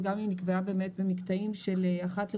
וגם אם היא נקבעה במקטעים של אחת לחודשיים,